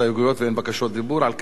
על כן אנחנו עוברים להצבעה